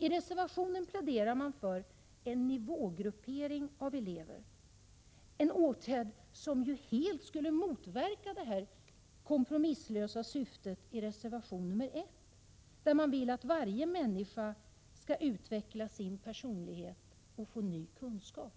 I reservationen pläderar man för en nivågruppering av elever, en åtgärd som ju helt skulle motverka det kompromisslösa syftet i reservation 1, där man vill att varje människa skall utveckla sin personlighet och få ny kunskap.